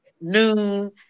noon